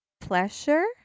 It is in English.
pleasure